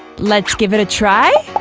let's give it a try?